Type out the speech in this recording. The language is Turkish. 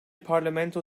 parlamento